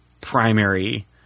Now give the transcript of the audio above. primary